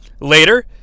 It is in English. Later